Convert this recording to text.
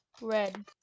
Red